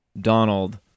Donald